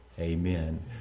amen